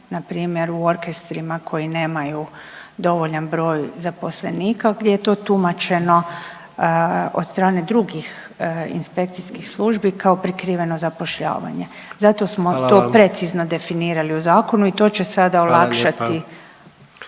npr. u orkestrima koji nemaju dovoljan broj zaposlenika gdje je to tumačeno od strane drugih inspekcijskih službi kao prikriveno zapošljavanje. Zato smo to …/Upadica: Hvala vam./… precizno definirani u zakonu i to će sa olakšati